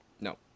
No